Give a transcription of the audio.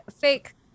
fake